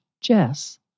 Jess